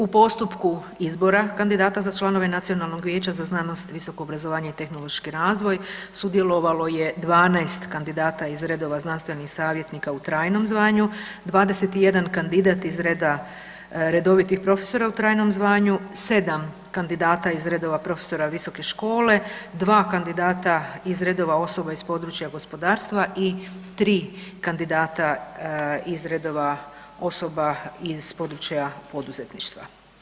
U postupku izbora kandidata za članove Nacionalnog vijeća za znanost, visoko obrazovanje i tehnološki razvoj, sudjelovalo je 12 kandidata iz redova znanstvenih savjetnika u trajnom zvanju, 21 kandidat iz reda redovitih profesora u trajnom zvanju, 7 kandidata iz redova profesora visoke škole, 2 kandidata iz redova osoba iz područja gospodarstva i 3 kandidata iz redova osoba iz područja poduzetništva.